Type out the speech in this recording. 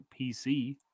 pc